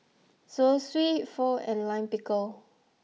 Zosui Pho and Lime Pickle